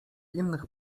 innych